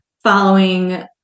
following